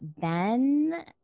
Ben